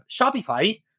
Shopify